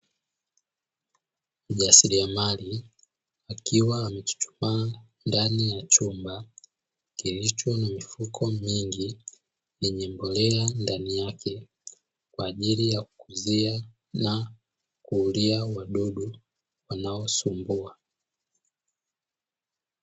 Mjasiriamali akiwa amesimama ndani ya chumba kulicho na mifuko mingi yenye mbolea ndani yake kwa ajili ya kukuzia na kuulia wadudu wanaosumbua.